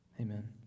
amen